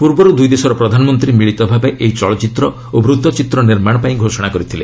ପୂର୍ବରୁ ଦୁଇ ଦେଶର ପ୍ରଧାନମନ୍ତ୍ରୀ ମିଳିତ ଭାବେ ଏହି ଚଳଚ୍ଚିତ୍ର ଓ ବୃତ୍ତ ଚିତ୍ର ନିର୍ମାଣ ପାଇଁ ଘୋଷଣା କରିଥିଲେ